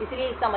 इसलिए पिछले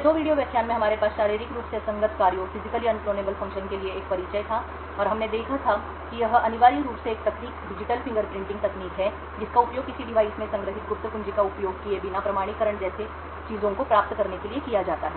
2 वीडियो व्याख्यान में हमारे पास शारीरिक रूप से असंगत कार्यों फिजिकली अन क्लोनेबल फंक्शन्स के लिए एक परिचय था और हमने देखा था कि यह अनिवार्य रूप से एक तकनीक डिजिटल फिंगरप्रिंटिंग तकनीक है जिसका उपयोग किसी डिवाइस में संग्रहीत गुप्त कुंजी का उपयोग किए बिना प्रमाणीकरण जैसी चीजों को प्राप्त करने के लिए किया जाता है